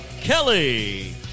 Kelly